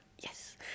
Yes